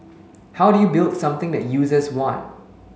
how do you build something that users want